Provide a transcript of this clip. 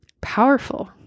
powerful